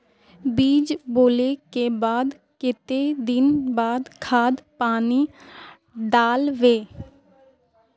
बीज बोले के बाद केते दिन बाद खाद पानी दाल वे?